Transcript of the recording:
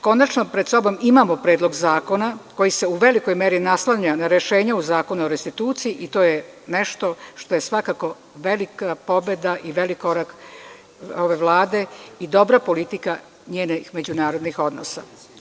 Konačno, pred sobom imamo Predlog zakona koji se u velikoj meri naslanja na rešenje o Zakonu o restituciji i to je nešto što je svakako velika pobeda i veliki korak ove Vlade i dobra politika njenih međunarodnih odnosa.